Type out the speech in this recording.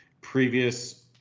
previous